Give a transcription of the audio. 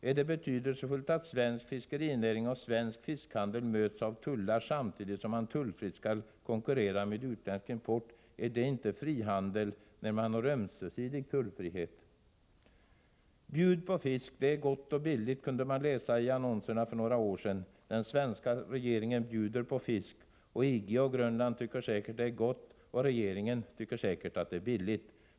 Är det betydelsefullt att svensk fiskerinäring och svensk fiskhandel möts av tullar samtidigt som man tullfritt skall konkurrera med utländsk import? Är det inte frihandel när man har ömsesidig tullfrihet? ”Bjud på fisk, det är gott och billigt”, kunde man läsa i annonserna för några år sedan. Den svenska regeringen bjuder på fisk. EG och Grönland tycker säkert att det är gott, och regeringen tycker säkert att det är billigt.